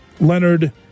Leonard